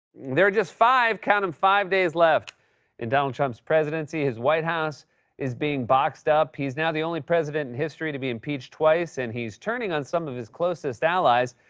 there are just five, count em, five days left in donald trump's presidency. his white house is being boxed up. he's now the only president in history to be impeached twice, and he's turning on some of his closest allies.